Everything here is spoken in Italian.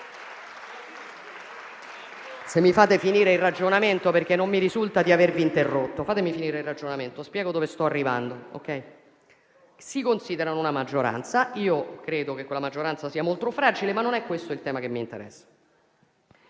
Fatemi finire il ragionamento, perché non mi risulta di avervi interrotto. Fatemi finire il ragionamento, perché vi spiego dove sto arrivando. Si considerano una maggioranza. Io credo che quella maggioranza sia molto fragile, ma non è questo il tema che mi interessa.